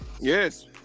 yes